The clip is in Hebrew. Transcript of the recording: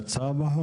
יצא?